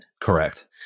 Correct